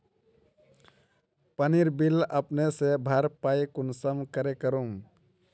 पानीर बिल अपने से भरपाई कुंसम करे करूम?